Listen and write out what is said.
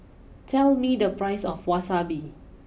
tell me the price of Wasabi